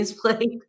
played